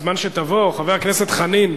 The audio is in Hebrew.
בזמן שתבוא, חבר הכנסת חנין,